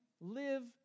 live